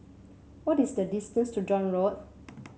what is the distance to John Road